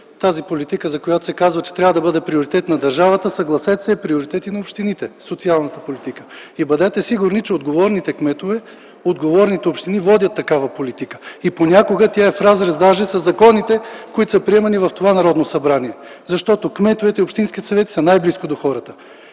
политика, за която се казва, че трябва да бъде приоритет на държавата, съгласете се, е приоритет и на общините. Бъдете сигурни, че отговорните кметове, отговорните общини водят такава политика и понякога тя даже е в разрез със законите, които са приемани в това Народно събрание, защото кметовете и общинските съвети са най-близо до хората.